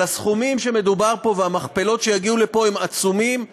אבל הסכומים שבהם מדובר פה והמכפלות שיגיעו לפה הם עצומים,